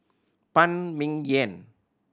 Phan Ming Yen